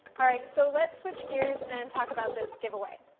alright, so let's switch gears and talk about this giveaway.